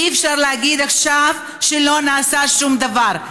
אי-אפשר להגיד עכשיו שלא נעשה שום דבר.